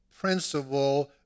principle